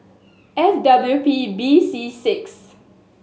F W P B C six